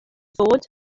ddod